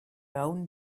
own